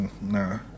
nah